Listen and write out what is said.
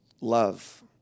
love